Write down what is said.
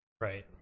Right